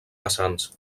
vessants